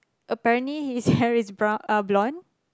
apparently his hair is are blonde